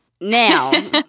now